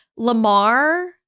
Lamar